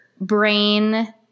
brain